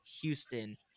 Houston